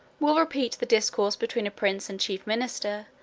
will repeat the discourse between a prince and chief minister,